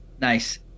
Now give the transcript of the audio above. nice